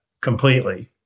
completely